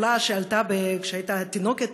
עולה שעלתה כשהייתה תינוקת.